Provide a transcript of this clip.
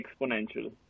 exponential